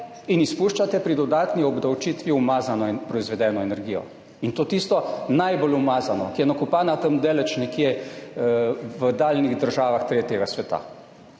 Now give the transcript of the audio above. in izpuščate pri dodatni obdavčitvi umazano in proizvedeno energijo, in to tisto najbolj umazano, ki je nakopana tam daleč nekje, v daljnih državah tretjega sveta.